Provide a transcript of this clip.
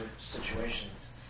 situations